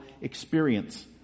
experience